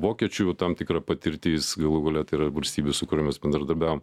vokiečių tam tikra patirtis galų gale tai ir valstybių su kuriomis bendradarbiavom